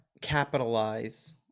capitalize